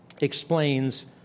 explains